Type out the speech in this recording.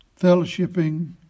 fellowshipping